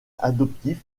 adoptif